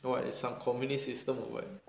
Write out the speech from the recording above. !wah! is some communist system or what